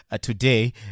today